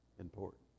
important